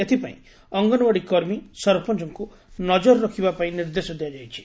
ଏଥିପାଇଁ ଅଙ୍ଗନଓ୍ୱାଡୀ କର୍ମୀ ସରପଅଙ୍କୁ ନଜର ରଖିବାପାଇଁ ନିର୍ଦ୍ଦେଶ ଦିଆଯାଇଛି